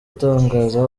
atangaza